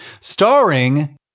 starring